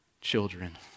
children